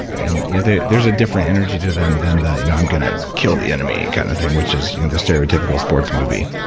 and you know there's a different energy to them than the, i'm going to kill the enemy, and kind of thing, which is the stereotypical sports movie.